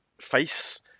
face